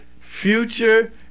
Future